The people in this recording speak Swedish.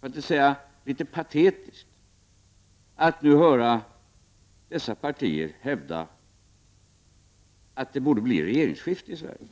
för att inte säga litet patetiskt, att nu höra de borgerliga partierna hävda att det borde bli regeringsskifte i Sverige.